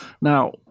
Now